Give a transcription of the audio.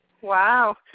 Wow